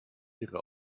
ihre